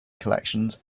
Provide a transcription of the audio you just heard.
collections